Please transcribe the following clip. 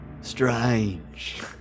Strange